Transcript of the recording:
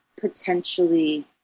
potentially